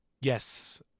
yes